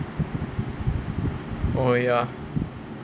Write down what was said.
oh ya